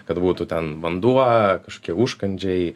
kad būtų ten vanduo kažkokie užkandžiai